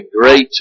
great